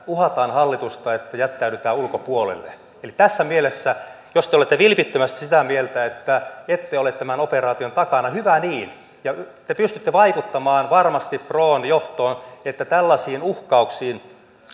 uhataan hallitusta että jättäydytään ulkopuolelle tässä mielessä jos te olette vilpittömästi sitä mieltä että ette ole tämän operaation takana hyvä niin ja te pystytte vaikuttamaan varmasti pron johtoon että tällaisiin uhkauksiin